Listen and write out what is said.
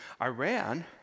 Iran